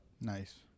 Nice